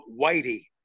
whitey